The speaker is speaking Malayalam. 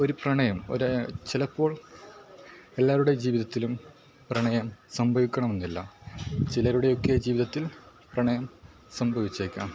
ഒരു പ്രണയം ഒരു ചിലപ്പോൾ എല്ലാവരുടെ ജീവിതത്തിലും പ്രണയം സംഭവിക്കണമെന്നില്ല ചിലരുടെയൊക്കെ ജീവിതത്തിൽ പ്രണയം സംഭവിച്ചേക്കാം